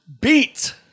beat